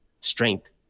strength